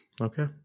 Okay